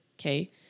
Okay